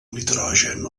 nitrogen